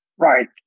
Right